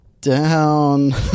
down